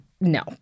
no